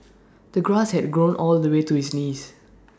the grass had grown all the way to his knees